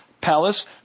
palace